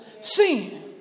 sin